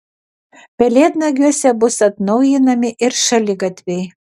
pelėdnagiuose bus atnaujinami ir šaligatviai